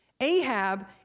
Ahab